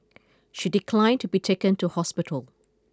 she declined to be taken to hospital